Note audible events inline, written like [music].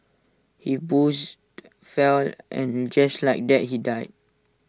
he boozed [noise] fell and just like that he died